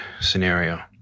scenario